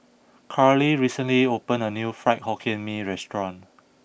Karlie recently opened a new Fried Hokkien Mee restaurant